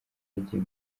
yagiye